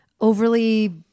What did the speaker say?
overly